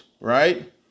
right